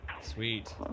Sweet